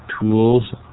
Tools